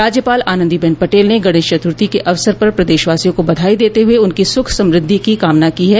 राज्यपाल आनन्दीबेन पटेल ने गणेश चतुर्थी के अवसर पर प्रदेशवासियों को बधाई देते हुए उनकी सुख समृद्धि की कामना की है